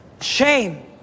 Shame